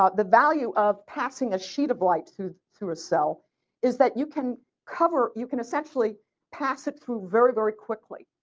ah value of passing a sheet of light through through a cell is that you can cover you can essentially pass it through very very quickly.